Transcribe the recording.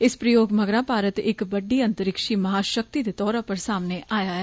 इस प्रयोग मगरा भारत इक बड़ी अंतरिक्ष महाषक्ति दे तौरा पर सामने आया ऐ